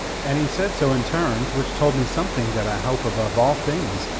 and he said so in terms which told me something that i hope above all things,